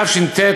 תש"ט,